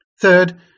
Third